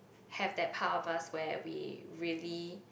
have that part of us where we really